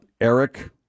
Eric